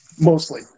Mostly